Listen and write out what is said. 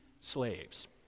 slaves